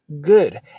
good